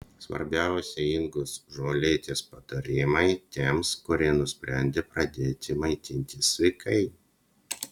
svarbiausi ingos žuolytės patarimai tiems kurie nusprendė pradėti maitintis sveikai